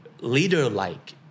leader-like